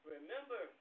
Remember